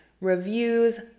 reviews